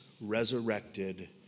resurrected